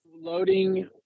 loading